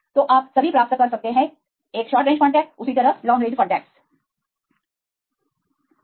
तो आप सभी प्राप्त कर सकते हैं एक शार्ट रेंज कांटेक्टस उसी तरह लॉन्ग रेंज कांटेक्टस के साथ चलते हैं